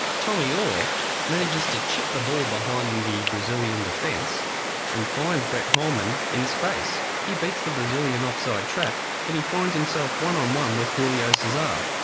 tommy orr manages to chip the ball behind the brazilian defence and finds brett holman in space. he beats the brazilian offside trap and he finds himself one-on-one um um with julio cesar,